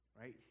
right